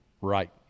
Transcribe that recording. right